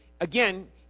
again